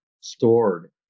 stored